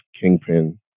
Kingpin